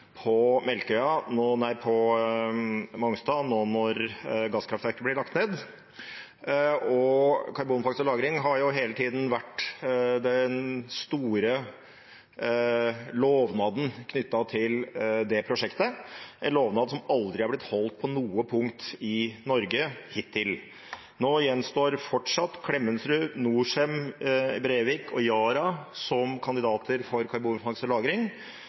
på Mongstad, nå når gasskraftverket blir lagt ned. Karbonfangst og -lagring har jo hele tiden vært den store lovnaden knyttet til det prosjektet, en lovnad som aldri er blitt holdt på noe punkt i Norge hittil. Nå gjenstår fortsatt Klemetsrud, Norcem Brevik og Yara som kandidater for karbonfangst og